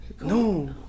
No